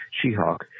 She-Hulk